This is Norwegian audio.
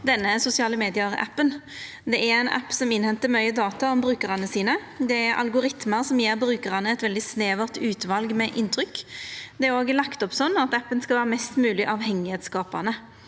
denne sosiale medium-appen. Dette er ein app som innhentar mykje data om brukarane sine. Det er algoritmar som gjev brukarane eit veldig snevert utval av inntrykk. Det er òg lagt opp sånn at appen skal vera mest mogleg avhengigheitsskapande.